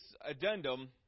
addendum